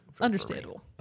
understandable